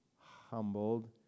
humbled